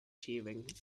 chewing